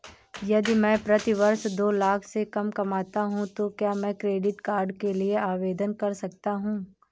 यदि मैं प्रति वर्ष दो लाख से कम कमाता हूँ तो क्या मैं क्रेडिट कार्ड के लिए आवेदन कर सकता हूँ?